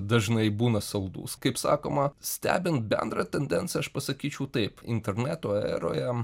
dažnai būna saldus kaip sakoma stebint bendrą tendenciją aš pasakyčiau taip interneto eroje